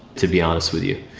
to be honest with you.